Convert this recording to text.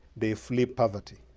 they flee poverty.